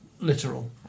literal